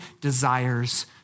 desires